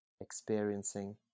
experiencing